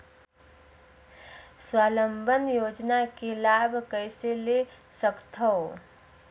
स्वावलंबन योजना के लाभ कइसे ले सकथव?